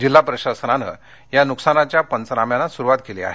जिल्हा प्रशासनान या नुकसानीच्या पंचनाम्यांना सुरूवात केली आहे